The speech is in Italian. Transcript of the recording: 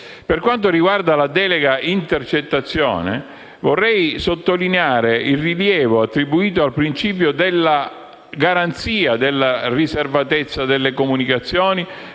Per quanto riguarda la delega sulle intercettazioni, vorrei sottolineare il rilievo attribuito al principio della garanzia della riservatezza delle comunicazioni